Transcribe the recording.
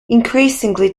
increasingly